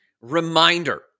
reminder